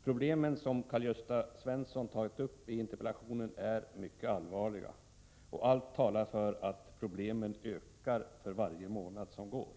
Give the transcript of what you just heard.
De problem som Karl-Gösta Svenson tagit upp i interpellationen är mycket allvarliga, och allt talar för att de ökar för varje månad som går.